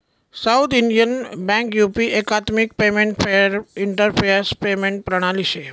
south Indian bank UP एकात्मिक payment interface payment प्रणाली शे